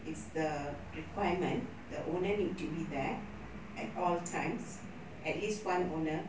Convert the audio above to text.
it's the requirement the owner need to be there at all times at least one owner